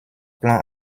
plan